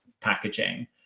packaging